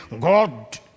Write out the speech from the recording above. God